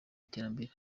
iterambere